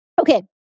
Okay